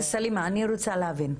סלימה, אני רוצה להבין,